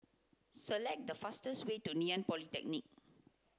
select the fastest way to Ngee Ann Polytechnic